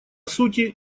сути